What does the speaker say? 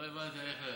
לא הבנתי, אייכלר,